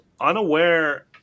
unaware